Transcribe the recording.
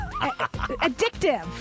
Addictive